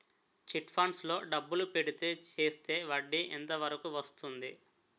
Chit funds లో డబ్బులు పెడితే చేస్తే వడ్డీ ఎంత వరకు వస్తుంది?